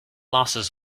losses